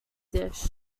dish